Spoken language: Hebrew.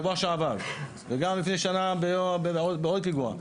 שבוע שעבר וגם לפני שנה בעוד פיגוע,